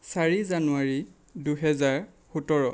চাৰি জানুৱাৰী দুহেজাৰ সোতৰ